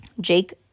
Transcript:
Jake